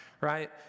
right